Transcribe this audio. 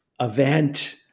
event